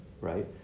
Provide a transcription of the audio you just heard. right